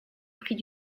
prix